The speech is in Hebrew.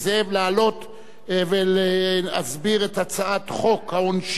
ולהסביר את הצעת חוק העונשין (תיקון,